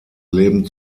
leben